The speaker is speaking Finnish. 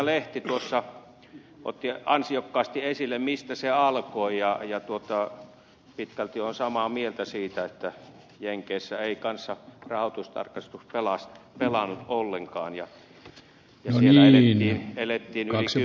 lehti tuossa otti ansiokkaasti esille sen mistä se alkoi ja pitkälti olen samaa mieltä siitä että jenkeissä ei kanssa rahoitustarkastus pelannut ollenkaan ja siellä elettiin kaksi